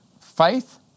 faith